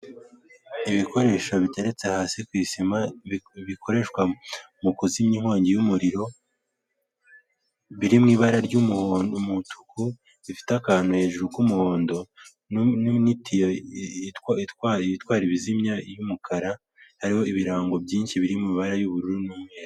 Ibikoresho bitereretse hasi ku isi bikoreshwa mu kuzimya inkongi y'umuriro biri mu ibara ry'umuhondo, umutuku bifite akantu hejuru k'umuhondo n'itiyo itwara ibizimya y'umukara hariho ibirango byinshi biri mu ibara y'ubururu n'umweru.